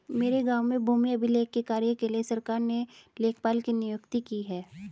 मेरे गांव में भूमि अभिलेख के कार्य के लिए सरकार ने लेखपाल की नियुक्ति की है